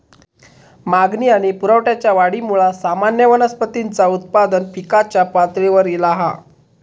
मागणी आणि पुरवठ्याच्या वाढीमुळा सामान्य वनस्पतींचा उत्पादन पिकाच्या पातळीवर ईला हा